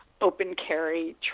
open-carry